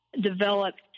developed